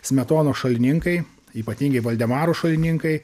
smetonos šalininkai ypatingai voldemaro šalininkai